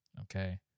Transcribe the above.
Okay